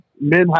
men